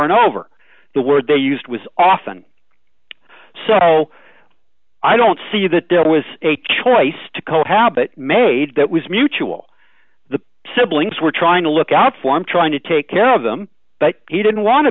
and over the word they used was often so i don't see that there was a choice to co habit made that was mutual the siblings were trying to look out for him trying to take care of them but he didn't want to